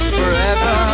forever